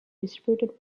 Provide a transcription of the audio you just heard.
distributed